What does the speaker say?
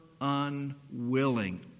unwilling